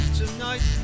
tonight